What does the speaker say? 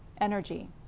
energy